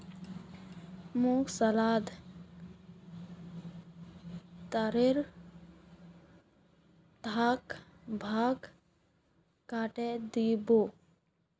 मोक सलादत खीरार तीखा भाग काटे दी बो